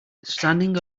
standing